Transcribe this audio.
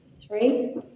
Three